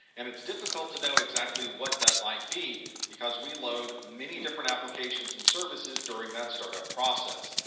and it's difficult to know exactly what that might be because we load many different applications and services during that startup process.